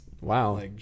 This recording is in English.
Wow